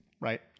Right